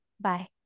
Bye